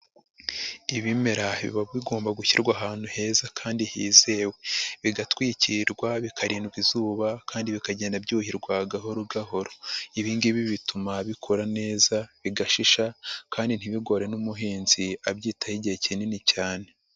lbimera biba bigomba gushyirwa ahantu heza kandi hizewe, bigatwikirwa bikarindwa izuba ,kandi bikagenda byuhirwa gahoro gahoro ,ibi ngibi bituma bikora neza bigashisha ,kandi ntibigore n'umuhinzi abyitaho igihe kinini cyane.